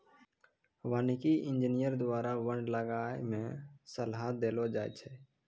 वानिकी इंजीनियर द्वारा वन लगाय मे सलाह देलो जाय छै